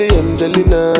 angelina